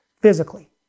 physically